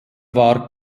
war